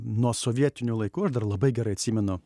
nuo sovietinių laikų aš dar labai gerai atsimenu